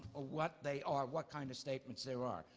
ah what they are, what kind of statements there are.